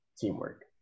teamwork